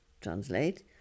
translate